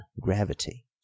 gravity